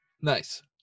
Nice